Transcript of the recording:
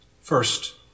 First